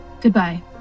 Goodbye